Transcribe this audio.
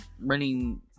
running